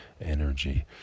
Energy